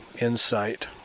insight